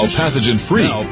pathogen-free